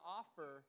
offer